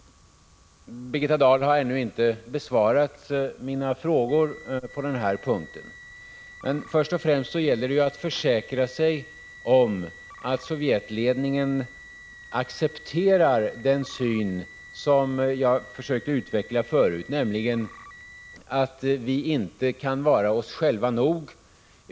Birgitta Dahl har ännu inte besvarat mina frågor på den här punkten. Men först och främst gäller det att försäkra sig om att Sovjetledningen accepterar den syn på saken som jag försökte utveckla förut, nämligen att vi inte kan vara oss själva nog.